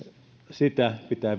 ja niitä pitää